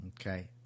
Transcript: Okay